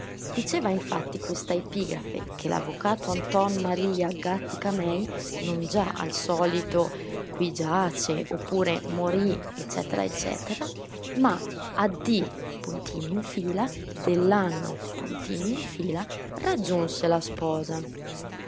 diceva infatti questa epigrafe che l'avvocato anton maria gàttica-mei non già al solito qui giace oppure morì ecc ecc ma addì puntini in fila dell'anno puntini in fila raggiunse la sposa